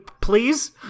please